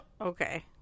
okay